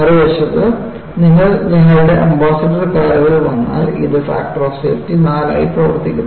മറുവശത്ത് നിങ്ങൾ ഞങ്ങളുടെ അംബാസഡർ കാറുകളിൽ വന്നാൽ ഇത് ഫാക്ടർ ഓഫ് സേഫ്റ്റി 4 ആയി പ്രവർത്തിക്കുന്നു